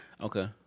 Okay